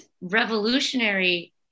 revolutionary